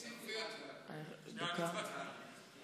ומשפט נתקבלה.